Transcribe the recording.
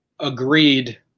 agreed